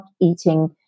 eating